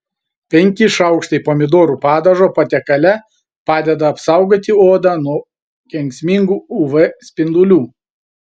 penki šaukštai pomidorų padažo patiekale padeda apsaugoti odą nuo kenksmingų uv spindulių